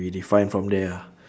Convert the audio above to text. we define from there ah